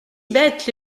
bêtes